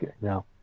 No